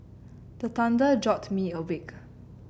the thunder jolt me awake